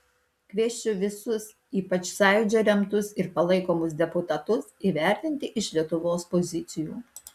kviesčiau visus ypač sąjūdžio remtus ir palaikomus deputatus įvertinti iš lietuvos pozicijų